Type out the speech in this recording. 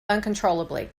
uncontrollably